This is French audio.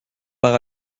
par